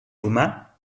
humà